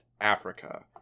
Africa